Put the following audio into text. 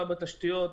חמורה בתשתיות,